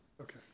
okay